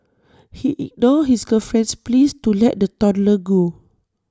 he ignored his girlfriend's pleas to let the toddler go